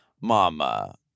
Mama